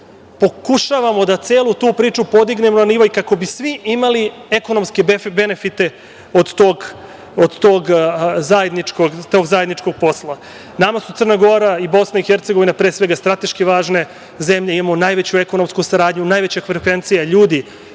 Pokušavamo da celu tu priču podignemo na nivo kako bi svi imali ekonomske benefite od tog zajedničkog posla. Nama su Crna Gora i BiH pre svega strateški važne zemlje, imamo najveću ekonomsku saradnju, najveća frekvencija ljudi